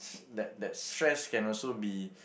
that that stress can also be